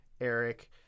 Eric